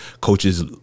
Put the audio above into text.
coaches